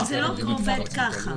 זה לא עובד כך.